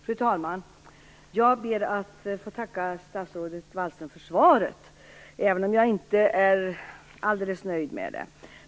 Fru talman! Jag ber att få tacka statsrådet Wallström för svaret, även om jag inte är alldeles nöjd med det.